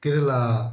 Kerala